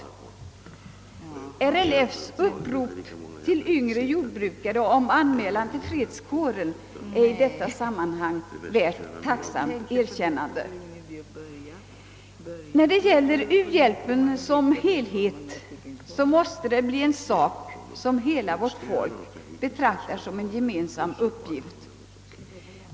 RLF:s upprop till yngre jordbrukare om anmälan till fredskåren är i detta sammanhang värt tacksamt erkännande. | När det gäller u-hjälpen som helhet, så måste den bli en sak som hela vårt folk betraktar som en gemensam uppgift.